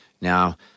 Now